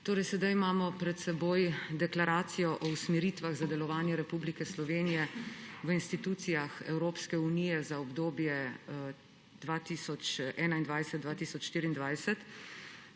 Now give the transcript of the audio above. Sedaj imamo pred seboj deklaracijo o usmeritvah za delovanje Republike Slovenije v institucijah Evropske unije za obdobje 2021–2024.